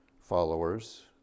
followers